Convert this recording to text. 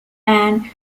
and